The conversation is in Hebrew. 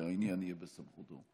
כשהעניין יהיה בסמכותו.